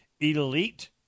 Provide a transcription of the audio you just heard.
elite